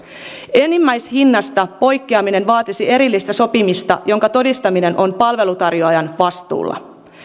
enimmäishinnasta poikkeaminen vaatisi erillistä sopimista jonka todistaminen on palveluntarjoajan vastuulla